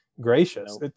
gracious